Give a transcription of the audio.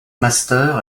master